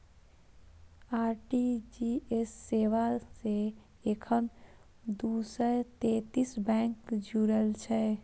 RTGS सेवा सं एखन दू सय सैंतीस बैंक जुड़ल छै